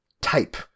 type